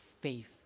faith